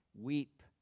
weep